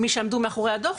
אלה שעמדו מאחורי הדו"ח,